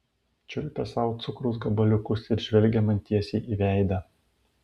čiulpė sau cukraus gabaliukus ir žvelgė man tiesiai į veidą